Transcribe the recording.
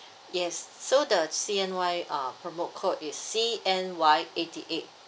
yes so the C_N_Y uh promo code is C_N_Y eighty eight